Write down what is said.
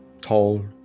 tall